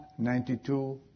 92